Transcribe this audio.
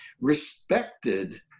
respected